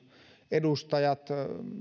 edustajat